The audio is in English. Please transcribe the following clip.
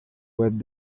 web